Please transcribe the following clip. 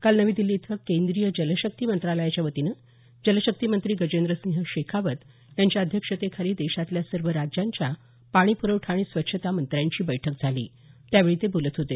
काल नवी दिल्ली इथं केंद्रीय जलशक्ती मंत्रालयाच्यावतीनं जलशक्ती मंत्री गजेंद्रसिंह शेखावत यांच्या अध्यक्षतेखाली देशातल्या सर्व राज्यांच्या पाणीपुरवठा आणि स्वच्छता मंत्र्यांची बैठक झाली त्यावेळी ते बोलत होते